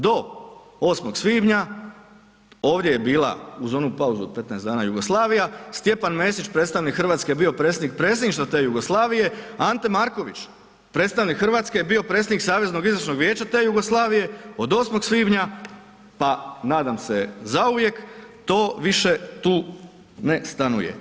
Do 8. svibnja ovdje je bila uz onu pauzu od 15 dana Jugoslavija, Stjepan Mesić, predstavnik Hrvatske je bio predsjednik predsjedništva te Jugoslavije a Ante Marković, predstavnik Hrvatske je bio predsjednik saveznog izvršnog vijeća te Jugoslavije od 8. svibnja pa nadam se zauvijek, to više tu ne stanuje.